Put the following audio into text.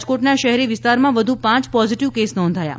રાજકોટનાં શહેરી વિસ્તારમાં વધુ પાંચ પોઝીટીવ કેસ નોંધાયા છે